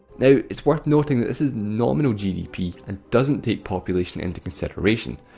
now. it's worth noting that this is nominal gdp, and doesn't take population into consideration.